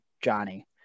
Johnny